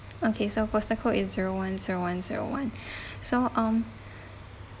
okay so postal code is zero one zero one zero one so um